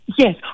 Yes